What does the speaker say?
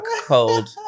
cold